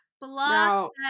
Block